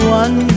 one